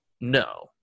no